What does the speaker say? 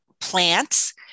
plants